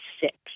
six